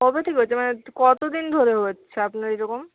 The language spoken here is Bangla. কবে থেকে হচ্ছে মানে কতদিন ধরে হচ্ছে আপনার এরকম